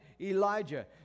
Elijah